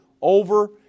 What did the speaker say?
over